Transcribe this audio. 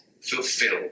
fulfill